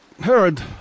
heard